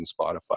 Spotify